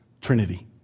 Trinity